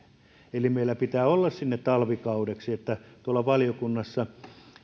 eli meillä pitää olla sinne talvikaudeksi työntekijöitä tuolla valiokunnassa